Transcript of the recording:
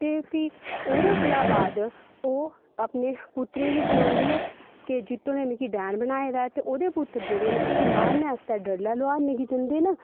ते फ्ही ओह्दे कोला बाद ओह् अपने पुत्तरें गी सनांदी ऐ कि जित्तो नै मिगी डैन बनाए दा ऐ ते ओह्दे पुत्तर जेह्ड़े न उसी मारने आस्तै डड्लै लुआरने गी जंदे न